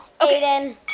Aiden